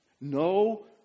No